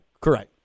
correct